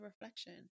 reflection